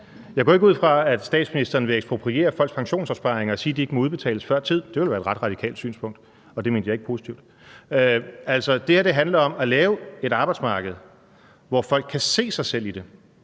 Jeg går ikke ud fra, at statsministeren vil ekspropriere folks pensionsopsparinger og sige, at de ikke må udbetales før tid – det ville være et ret radikalt synspunkt, og det mente jeg ikke positivt. Altså, det her handler om at lave et arbejdsmarked, som folk kan se sig selv i,